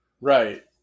Right